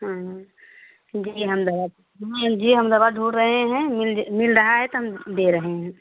जी हम दवा हाँ जी हम दवा ढूँढ़ रहे हैं मिल ज मिल रहा है तो हम दे रहे हैं